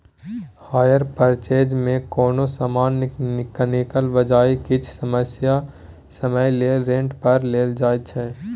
hire purchase मे कोनो समान कीनलाक बजाय किछ समय लेल रेंट पर लेल जाएत छै